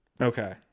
Okay